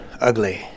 ugly